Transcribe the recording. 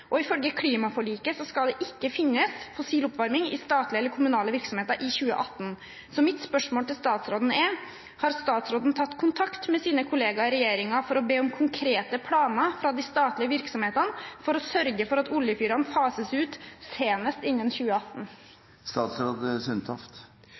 Og ifølge klimaforliket skal det ikke finnes fossil oppvarming i statlige eller kommunale virksomheter i 2018, så mitt spørsmål til statsråden er: Har statsråden tatt kontakt med sine kolleger i regjeringen for å be om konkrete planer fra de statlige virksomhetene for å sørge for at oljefyrene fases ut senest innen